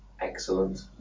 excellent